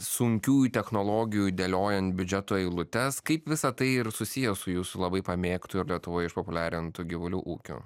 sunkiųjų technologijų dėliojant biudžeto eilutes kaip visa tai yra susiję su jūsų labai pamėgtu ir lietuvoje išpopuliarintu gyvulių ūkiu